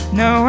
no